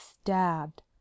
stabbed